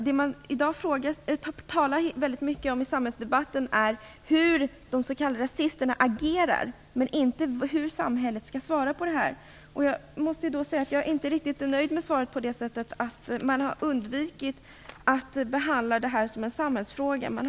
I dag talas det i samhällsdebatten väldigt mycket om hur de s.k. rasisterna agerar men inte om hur samhället skall svara på deras agerande. Jag är inte riktigt nöjd med svaret av den anledningen att regeringen har undvikit att behandla det här som en samhällsfråga.